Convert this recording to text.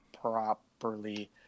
properly